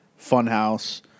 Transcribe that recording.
Funhouse